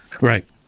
Right